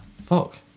Fuck